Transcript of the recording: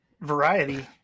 variety